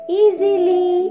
easily